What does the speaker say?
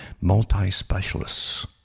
multi-specialists